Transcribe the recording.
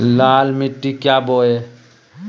लाल मिट्टी क्या बोए?